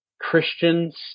Christians